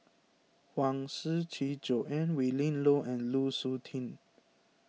Huang Shiqi Joan Willin Low and Lu Suitin